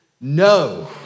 no